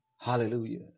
Hallelujah